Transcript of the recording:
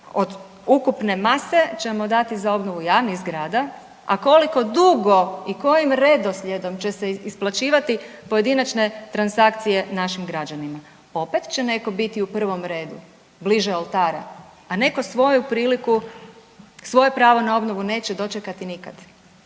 od ukupne mase ćemo dati za obnovu javnih zgrada, a koliko dugo i kojim redoslijedom će se isplaćivati pojedinačne transakcije našim građanima. Opet će netko biti u prvom redu, bliže oltara, a neko svoju priliku, svoje pravo na obnovu neće dočekati nikad,